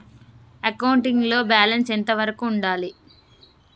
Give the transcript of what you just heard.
Accounting లో balance ఎంత వరకు ఉండాలి?